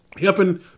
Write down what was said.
Helping